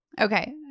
Okay